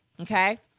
Okay